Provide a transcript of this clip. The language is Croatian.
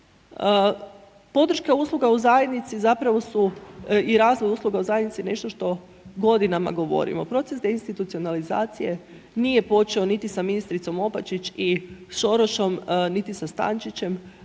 Podrška usluga u zajednici zapravo su i razvoj usluga u zajednici nešto što godinama govorimo. Proces deinstitucionalizacije nije počeo niti sa ministricom Opačić i Šorošom, niti sa Stančićem,